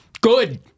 good